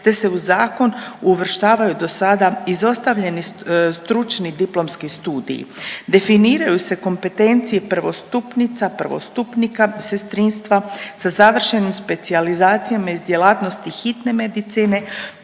te se u zakon uvrštavaju dosada izostavljeni stručni diplomski studiji, definiraju se kompetencije prvostupnica/prvostupnika sestrinstva sa završim specijalizacijama iz djelatnosti hitne medicine,